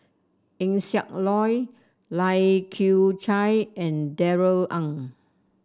Eng Siak Loy Lai Kew Chai and Darrell Ang